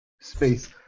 space